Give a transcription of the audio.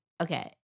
Okay